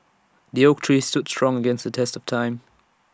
the oak tree stood strong against test of time